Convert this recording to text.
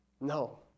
No